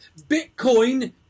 Bitcoin